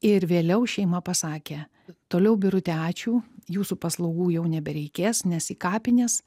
ir vėliau šeima pasakė toliau birutė ačiū jūsų paslaugų jau nebereikės nes į kapines